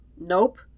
Nope